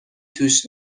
توش